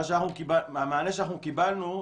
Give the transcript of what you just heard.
מהמענה שקיבלנו,